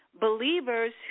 believers